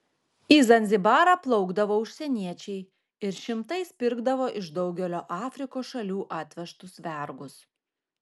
į zanzibarą plaukdavo užsieniečiai ir šimtais pirkdavo iš daugelio afrikos šalių atvežtus vergus